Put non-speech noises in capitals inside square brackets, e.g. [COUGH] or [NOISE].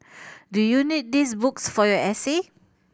[NOISE] do you need these books for your essay